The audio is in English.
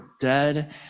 dead